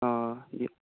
অঁ